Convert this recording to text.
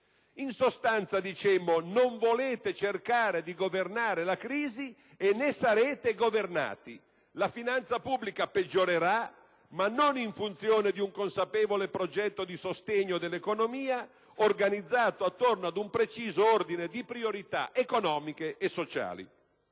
In sostanza, dicemmo: non volete cercare di governare la crisi e ne sarete governati; la finanza pubblica peggiorerà, ma non in funzione di un consapevole progetto di sostegno dell'economia, organizzato attorno ad un preciso ordine di priorità economiche e sociali.